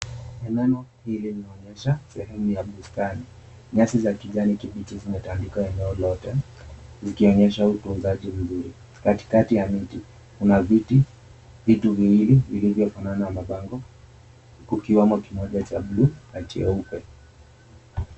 Eneo hili linaonyesha sehemu ya bustani. Nyasi za kijani kibichi zimetandikwa eneo lote zikionyesha utunzaji mzuri. Katikati ya miti kuna viti viwili vilivyofanana mabango kukiwemo kimoja cha buluu na cheupe.